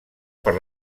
per